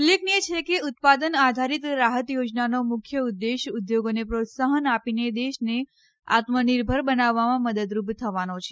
ઉલ્લેખનીય છે કે ઉત્પાદન આધારિત રાહત યોજનાનો મુખ્ય ઉદ્દેશ ઉદ્યોગોને પ્રોત્સાહન આપીને દેશને આત્મનિર્ભર બનાવવામાં મદદરૂપ થવાનો છે